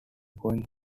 going